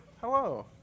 Hello